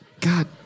God